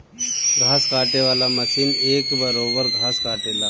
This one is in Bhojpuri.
घास काटे वाला मशीन एक बरोब्बर घास काटेला